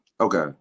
Okay